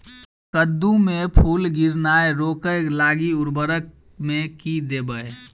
कद्दू मे फूल गिरनाय रोकय लागि उर्वरक मे की देबै?